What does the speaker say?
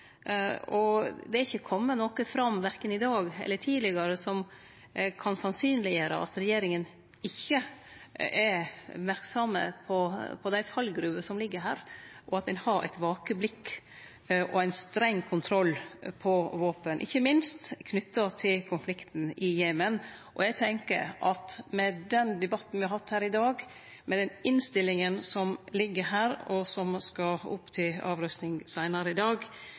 og det har ikkje kome fram noko, korkje i dag eller tidlegare, som kan sannsynleggjere at regjeringa ikkje er merksam på den fallgruva som ligg her, og at ein har eit vakent blikk og ein streng kontroll på våpen, ikkje minst knytt til konflikten i Jemen. Eg tenkjer at med den debatten me har hatt her i dag, med den innstillinga som ligg her, og som skal opp til avrøysting seinare i dag,